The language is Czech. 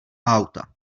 auta